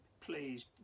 please